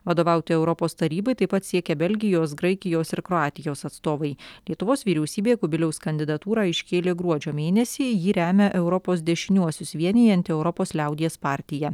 vadovauti europos tarybai taip pat siekia belgijos graikijos ir kroatijos atstovai lietuvos vyriausybė kubiliaus kandidatūrą iškėlė gruodžio mėnesį jį remia europos dešiniuosius vienijanti europos liaudies partija